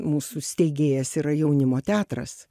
mūsų steigėjas yra jaunimo teatras